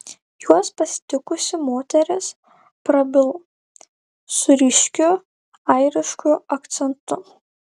juos pasitikusi moteris prabilo su ryškiu airišku akcentu